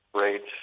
rates